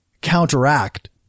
counteract